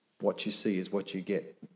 what-you-see-is-what-you-get